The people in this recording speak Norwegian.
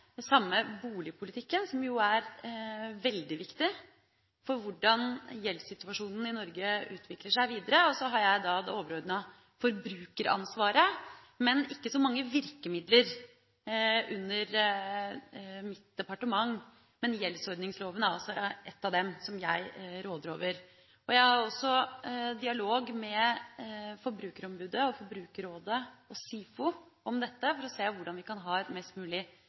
det departementet. Det samme gjelder boligpolitikken, som er veldig viktig for hvordan gjeldssituasjonen i Norge utvikler seg videre. Jeg har da det overordna forbrukeransvaret, men ikke så mange virkemidler under mitt departement. Men gjeldsordningsloven er altså ett av dem som jeg råder over. Jeg har også dialog med Forbrukerombudet, Forbrukerrådet og SIFO om dette for å se hvordan vi kan ha et mest mulig